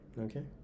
Okay